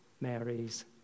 Mary's